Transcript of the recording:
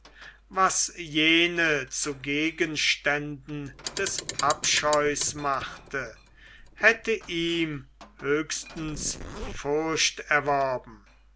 was jene zu gegenständen des abscheus machte hätte ihm höchstens furcht erworben